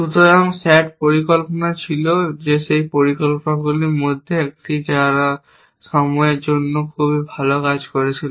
সুতরাং SAT পরিকল্পনা ছিল সেই পরিকল্পনাকারীদের মধ্যে একটি যারা সময়ের জন্য খুব ভাল কাজ করেছিল